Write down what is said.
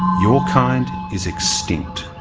your kind is extinct'.